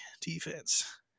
defense